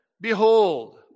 behold